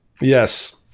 Yes